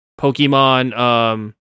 Pokemon